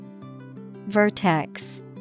Vertex